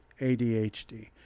ADHD